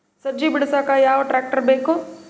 ಸಜ್ಜಿ ಬಿಡಸಕ ಯಾವ್ ಟ್ರ್ಯಾಕ್ಟರ್ ಬೇಕು?